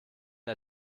der